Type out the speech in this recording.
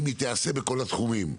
אם היא תיעשה בכל התחומים,